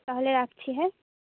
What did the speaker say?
তাহলে রাখছি হ্যাঁ